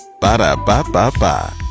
Ba-da-ba-ba-ba